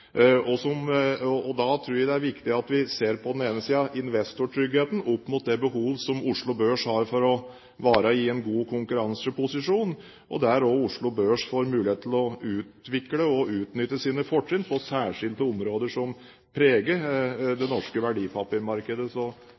Da tror jeg det er viktig at vi på den ene siden setter investortryggheten opp mot det behovet som Oslo Børs har for å være i en god konkurranseposisjon, og at Oslo Børs får mulighet til å utvikle og utnytte sine fortrinn på særskilte områder som preger det norske verdipapirmarkedet.